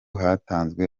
hatanzwe